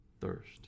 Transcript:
thirst